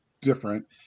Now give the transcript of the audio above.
different